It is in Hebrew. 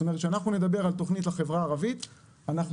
זאת אומרת כשאנחנו נדבר על תכנית לחברה הערבית אנחנו